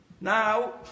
now